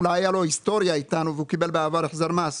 אולי הייתה לו היסטוריה איתנו והוא קיבל בעבר החזר מס,